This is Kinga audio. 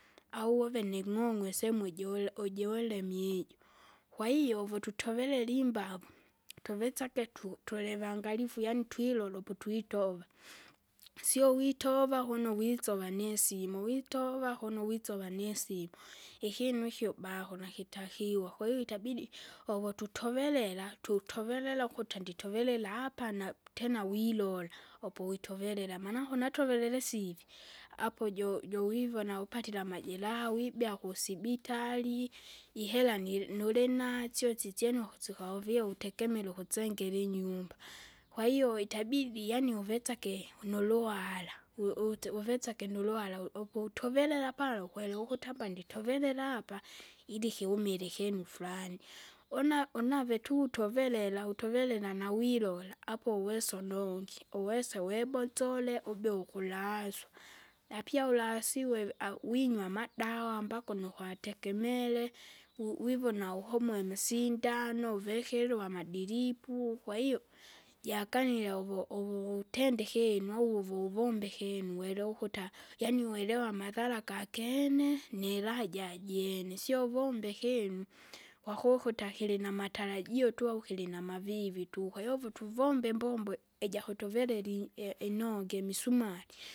Au uweve ning'ong'o isehemu jora ujoremie ijo. Kwahiyo uvototoverela imbavu tuvesage tu- tulivangalifu yaani twilole uputwitova. Sio witova kuno witsova witsova nisimu, witova kuno witsova nisimu, ikinu ikyo baho nakitakiwa, kwahiyo itabidi, ovotutoverela tutoverela ukuta nditoverere apa na tena wilola, upo witoverera manake unatovereres ivi, apo jo- jovivona upatire amajeraha, wibea kusibitari, ihera nili- nulinasyo sisyene ukusi ukahovie utegemere ukusengele ilinyumba. Kwahiyo kwahiyo itabidi yaani uvetsake unuluhara, u- use- uvetsage nuluhara upu utoverela pala ukweri ukuti apa nditoverela apa, ili kiumile ikinu frani, una- unave tu toverela utovere nanawirola apo uwesa unongye, uwese webotsole ubea ukulaaswa. Napia ulasiwewe au winywa amadawa ambako nukwategemere, u- wivona uhomoe imisindano ivekerwa amadilipu, kwahiyo jakanile uvu- uvutende ikinu uvu- vuvobe ikinu werewa ukuta, yaani werewa amadhara gakene niraha ijajene, sio uvomba uvombe ikinu, kwakukuta kilinamatarajio tu au kilinamavivi tu. Kwahiyo uvu tuvomba imbombo, ijakutovereri i- inongi imisumari.